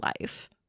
life